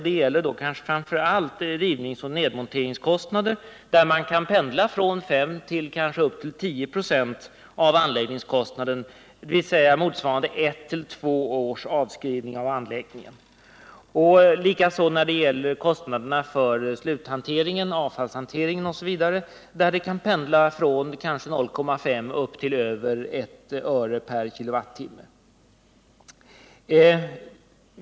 Det gäller kanske framför allt rivningsoch nedmonteringskostnader, som kan pendla från 5 kanske upp till 10 96 av anläggningskostnaden, dvs. motsvarande ett till två års avskrivning av anläggningen, men det gäller också kostnaderna för sluthanteringen och avfallshanteringen, där det kan pendla från 0,5 upp till över I öre/kWh.